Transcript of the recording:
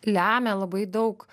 lemia labai daug